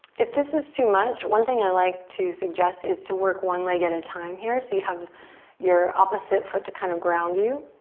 if this is too much, one thing i like to suggest is to work one leg at a time here. so you have your opposite foot to kind of ground you.